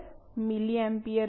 milliampere घंटा